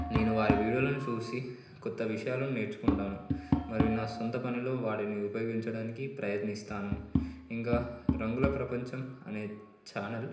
నేను వారి వీడియోలను చూసి కొత్త విషయాలను నేర్చుకుంటాను మరియు నా సొంత పనిలో వాటిని ఉపయోగించడానికి ప్రయత్నిస్తాను ఇంకా రంగుల ప్రపంచం అనే ఛానల్